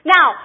Now